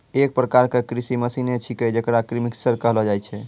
एक प्रकार क कृषि मसीने छिकै जेकरा मिक्सर कहलो जाय छै